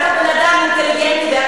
אתה בן-אדם אינטליגנטי,